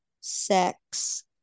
sex